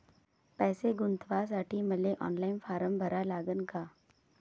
पैसे गुंतवासाठी मले ऑनलाईन फारम भरा लागन का?